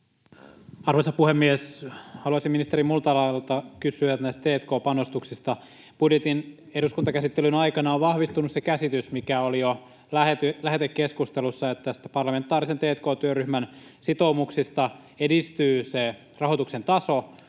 Arvoisa puhemies! Haluaisin ministeri Multalalta kysyä näistä t&k-panostuksista: Budjetin eduskuntakäsittelyn aikana on vahvistunut se käsitys, mikä oli jo lähetekeskustelussa, että parlamentaarisen t&k-työryhmän sitoumuksista edistyy se rahoituksen taso,